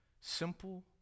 simple